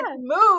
move